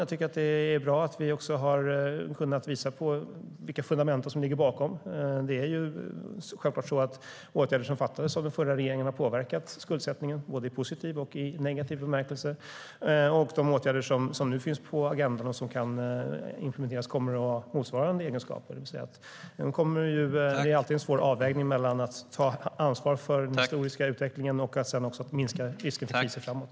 Jag tycker att det är bra att vi också har kunnat visa vilka fundament som ligger bakom. Det är självklart så att åtgärder som vidtogs av den förra regeringen har påverkat skuldsättningen i både positiv och negativ bemärkelse. De åtgärder som nu finns på agendan och som kan implementeras kommer att ha motsvarande egenskaper. Det är alltså alltid en svår avvägning mellan att ta ansvar för den historiska utvecklingen och att minska risken för kriser framåt.